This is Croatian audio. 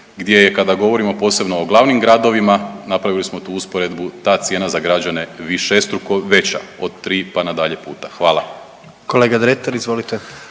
gdje kada govorimo posebno o glavnim gradovima napravili smo tu usporedbu, ta cijena za građane višestruko veća od tri pa na dalje puta. Hvala. **Jandroković,